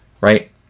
right